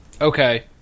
Okay